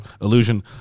illusion